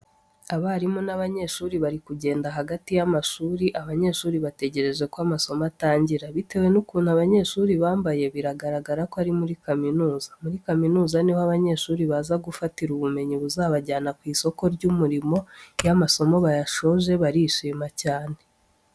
Abarimu n'abanyeshuri bari kugenda hagati y'amashuri, abanyeshuri bategereje ko amasomo atangira. Bitewe nukuntu abanyeshuri bambaye biragaragara ko ari muri kaminuza. Muri kaminuza niho abanyeshuri baza gufatira ubumenyi buzabajyana ku isoko ry'umurimo, iyo amasomo bayasoje barishima cyane.